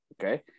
okay